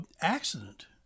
accident